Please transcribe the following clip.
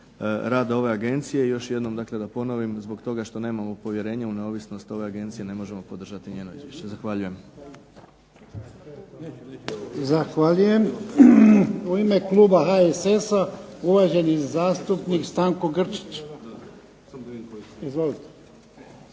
rada ove agencije i još jednom dakle da ponovim, zbog toga što nemamo povjerenje u neovisnost ove agencije ne možemo podržati njeno izvješće. Zahvaljujem. **Jarnjak, Ivan (HDZ)** Zahvaljujem. U ime kluba HSS-a, uvaženi zastupnik Stanko Grčić. Izvolite.